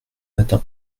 matin